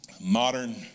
modern